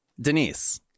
Denise